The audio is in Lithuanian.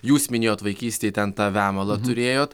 jūs minėjot vaikystėj ten tą vemalą turėjot